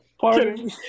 pardon